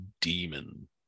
demon